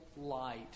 light